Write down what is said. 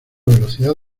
velocidad